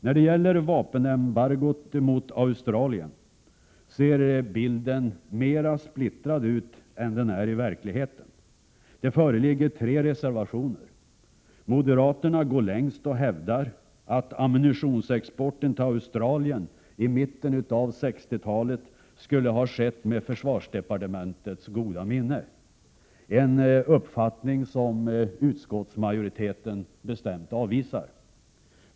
När det gäller vapenembargot mot Australien ser bilden mera splittrad ut 63 än den i verkligheten är. Det föreligger tre reservationer. Moderaterna går längst och hävdar att ammunitionsexporten till Australien i mitten av 60-talet skulle ha skett med försvarsdepartementets goda minne. Det är en uppfattning som utskottsmajoriteten bestämt avvisar.